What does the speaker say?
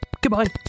Goodbye